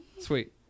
Sweet